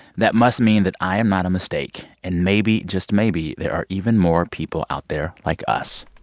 that must mean that i am not a mistake, and maybe, just maybe, there are even more people out there like us.